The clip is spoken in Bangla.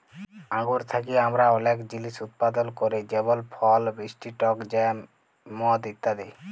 আঙ্গুর থ্যাকে আমরা অলেক জিলিস উৎপাদল ক্যরি যেমল ফল, মিষ্টি টক জ্যাম, মদ ইত্যাদি